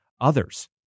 others